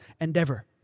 endeavor